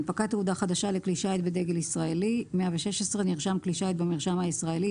116.הנפקת תעודה חדשה לכלי שיט בדגל ישראל נרשם כלי שיט במרשם הישראלי,